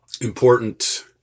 important